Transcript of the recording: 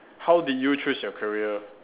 how did you choose your career